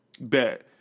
Bet